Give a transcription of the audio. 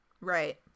Right